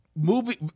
movie